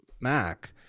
Mac